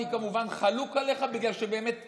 אני כמובן חלוק עליך, בגלל שבאמת הגזמנו,